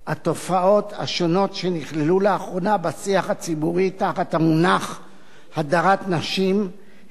התופעות השונות שנכללו לאחרונה בשיח הציבורי תחת המונח "הדרת נשים" הן